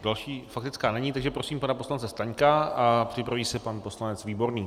Další faktická není, takže prosím pana poslance Staňka a připraví se pan poslanec Výborný.